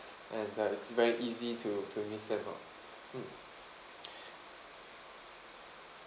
and uh it's very easy to to miss them out mm